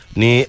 ni